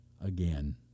again